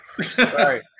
Sorry